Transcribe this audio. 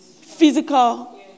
physical